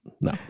No